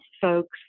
folks